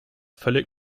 völlig